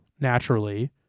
naturally